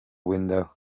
window